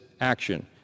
action